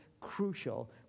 crucial